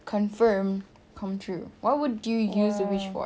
confirm come true what would you use the wish for